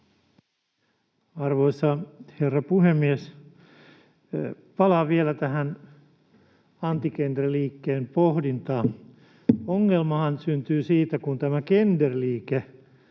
Arvoisa herra puhemies! Palaan vielä tähän anti-gender-liikkeen pohdintaan. Ongelmahan syntyy siitä, kun tämä gender-liike